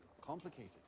complicated